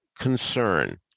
Concern